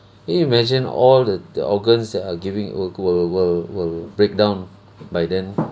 can you imagine all the the organs that are giving will will will will break down by then